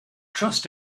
trust